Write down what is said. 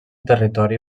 territori